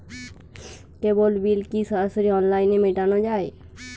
কেবল bill কি সরাসরি অনলাইনে মেটানো য়ায়?